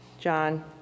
John